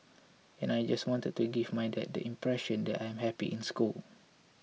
and I just wanted to give my dad the impression that I'm happy in school